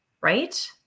right